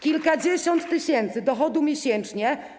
Kilkadziesiąt tysięcy dochodu miesięcznie.